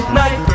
night